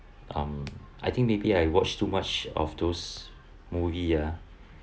um I think maybe I watched too much of those movie ah